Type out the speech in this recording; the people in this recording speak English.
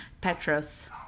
petros